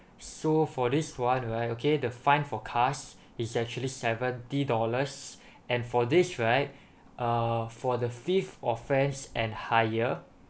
so for this one right okay the fine for cars it's actually seventy dollars and for this right uh for the fifth offense and higher